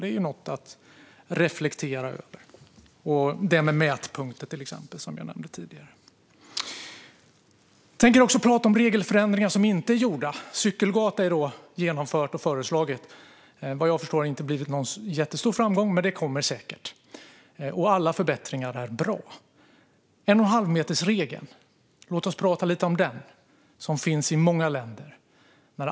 Detta är något att reflektera över, liksom det jag nämnde tidigare om mätpunkter. Jag tänker också prata om regelförändringar som inte är gjorda. Cykelgata är genomfört och föreslaget - vad jag förstår har det inte blivit någon jättestor framgång, men det kommer säkert. Alla förbättringar är dessutom bra. Låt oss prata lite om 1,5-metersregeln, som finns i många länder.